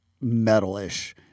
metal-ish